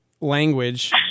language